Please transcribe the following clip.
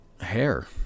hair